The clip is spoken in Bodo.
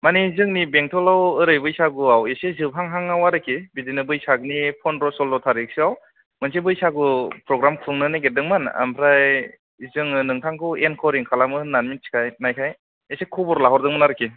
माने जोंनि बेंटलाव ओरै बैसागुआव जोबहांहांआव आरोखि बिदिनो बैसागनि पनद्र' सल्ल' टारिकसोआव बैसागु प्रग्राम खुंनो नागिरदोंमोन ओमफ्राय जोङो नोंथांखौ एंकरिंग खालामो होननानै मोनथिखानायखाय एसे खबर लाहरदोंमोन आरोखि